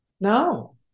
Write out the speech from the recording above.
No